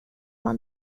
man